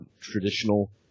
traditional